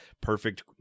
perfect